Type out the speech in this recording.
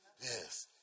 yes